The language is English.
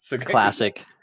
Classic